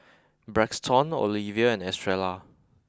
Braxton Olevia and Estrella